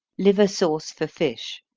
liver sauce for fish.